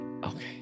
Okay